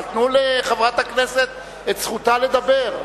אבל תנו לחברת הכנסת את זכותה לדבר,